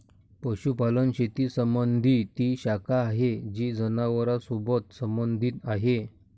पशुपालन शेती संबंधी ती शाखा आहे जी जनावरांसोबत संबंधित आहे